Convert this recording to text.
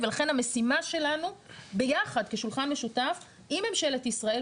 ולכן המשימה שלנו ביחד כשולחן משותף עם ממשלת ישראל,